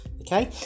Okay